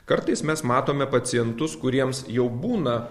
kartais mes matome pacientus kuriems jau būna